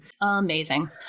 Amazing